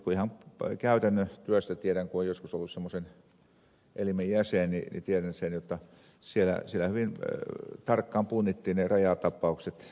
mutta ihan käytännön työstä tiedän kun olen joskus ollut semmoisen elimen jäsen jotta siellä hyvin tarkkaan punnittiin ne rajatapaukset